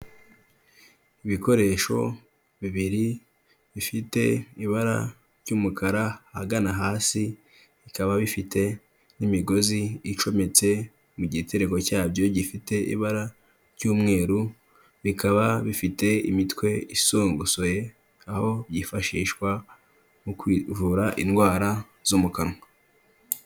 Ibikoresho bibiri, bifite ibara ry'umukara hagana hasi, bikaba bifite n'imigozi icometse mu gitereko cyabyo, gifite ibara ry'umweru, bikaba bifite imitwe isongosoye, aho yifashishwa mu kwivura indwara zo mu kanwa.